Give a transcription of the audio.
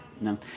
No